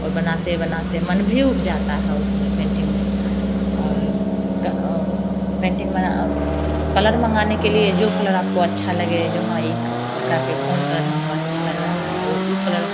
और बनाते बनाते मन भी ऊब जाता है उसमें पेंटिंग में और का पेंटिंग बना कलर मंगाने के लिए जो कलर आपको अच्छा लगे जहाँ एक कपड़ा पर कौन कलर हमको अच्छा लग रहा है उ उस कलर